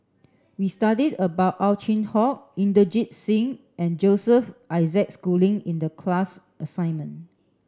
we studied about Ow Chin Hock Inderjit Singh and Joseph Isaac Schooling in the class assignment